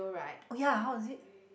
oh ya how was it